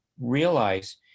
realize